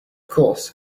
course